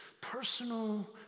personal